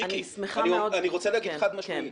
אני רוצה לומר חד משמעית,